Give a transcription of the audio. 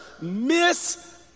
miss